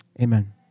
Amen